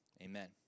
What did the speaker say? amen